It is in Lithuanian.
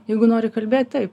jeigu nori kalbėt taip